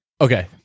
okay